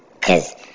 Cause